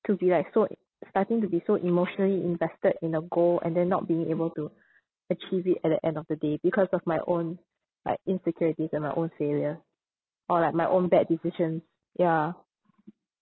to be like so in~ starting to be so emotionally invested in a goal and then not being able to achieve it at the end of the day because of my own like insecurities and my own failure or like my own bad decisions ya